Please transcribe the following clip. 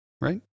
right